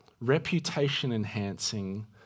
reputation-enhancing